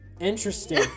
Interesting